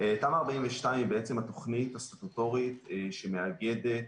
תמ"א/42 היא בעצם התוכנית הסטטוטורית שמאגדת